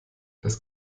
das